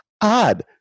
Odd